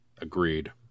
Agreed